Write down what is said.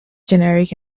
generic